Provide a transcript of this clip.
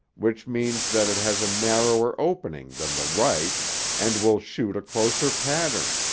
which means that it has a narrower opening than the right and will shoot a closer pattern,